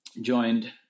joined